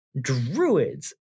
druids